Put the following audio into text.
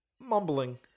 mumbling